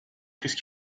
crise